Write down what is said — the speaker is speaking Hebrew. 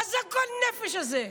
מה זה הגועל נפש הזה?